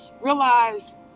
Realize